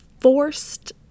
forced